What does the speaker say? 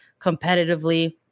competitively